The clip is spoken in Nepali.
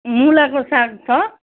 मुलाको साग छ